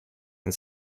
and